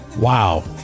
wow